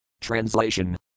Translation